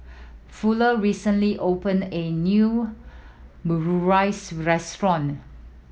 Fuller recently opened a new Omurice Restaurant